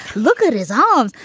look at his um